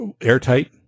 airtight